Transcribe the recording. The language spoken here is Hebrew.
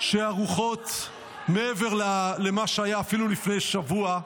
שערוכות מעבר למה שהיה אפילו לפני שבוע,